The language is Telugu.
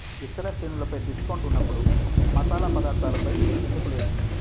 ఇతర శ్రేణులపై డిస్కౌంట్ ఉన్నప్పుడు మసాలా పదార్థాలపై ఎందుకు లేదు